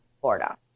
Florida